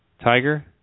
Tiger